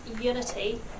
unity